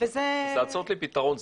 וזה --- זה הצעות לפתרון.